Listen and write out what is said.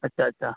اچھا اچھا